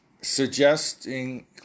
suggesting